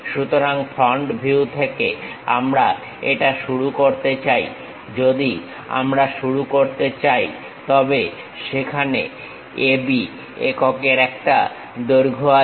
সুতরাং front view থেকে আমরা এটা শুরু করতে চাই যদি আমরা শুরু করতে চাই তবে সেখানে A B এককের একটা দৈর্ঘ্য আছে